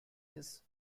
his